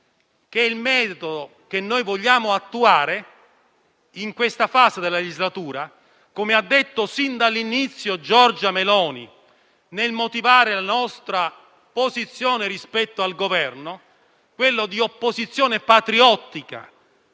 è quello che noi vogliamo attuare in questa fase della legislatura, come ha detto sin dall'inizio Giorgia Meloni nel motivare la nostra posizione rispetto al Governo, quella di un'opposizione patriottica